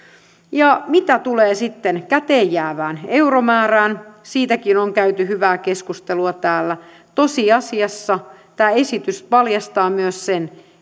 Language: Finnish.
mitä tulee sitten käteen jäävään euromäärään siitäkin on käyty hyvää keskustelua täällä niin tosiasiassa tämä esitys paljastaa myös sen